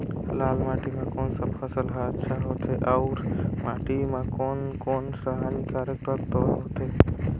लाल माटी मां कोन सा फसल ह अच्छा होथे अउर माटी म कोन कोन स हानिकारक तत्व होथे?